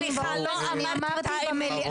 אז סליחה, לא אמרת את האמת,